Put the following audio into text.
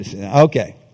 Okay